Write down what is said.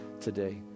today